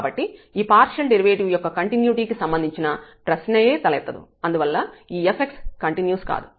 కాబట్టి ఈ partial derivative యొక్క కంటిన్యుటీ కి సంబంధించిన ప్రశ్నయే తలెత్తదు అందువల్ల ఈ fx కంటిన్యూస్ కాదు